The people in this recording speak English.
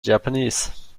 japanese